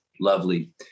lovely